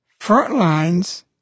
Frontlines